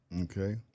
Okay